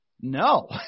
No